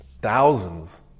Thousands